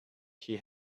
she